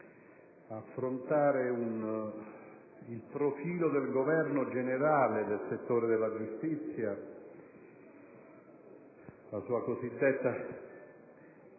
affrontare il profilo del governo generale del settore della giustizia, la sua cosiddetta